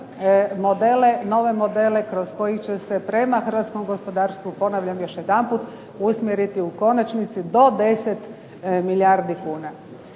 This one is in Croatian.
nove modele kroz koji će se prema hrvatskom gospodarstvu, ponavljam još jedanput usmjeriti u konačnici do 10 milijardi kuna.